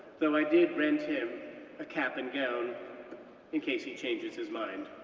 though i did rent him a cap and gown in case he changes his mind.